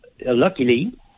luckily